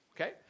Okay